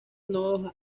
nodos